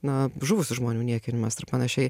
na žuvusių žmonių niekinimas ir panašiai